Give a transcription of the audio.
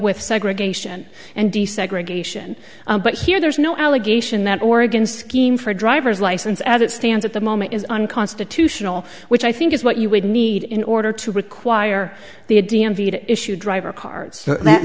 with segregation and desegregation but here there's no allegation that oregon scheme for a driver's license as it stands at the moment is unconstitutional which i think is what you would need in order to require the d m v to issue a driver cards